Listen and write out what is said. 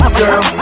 girl